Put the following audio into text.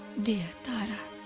dear, tara.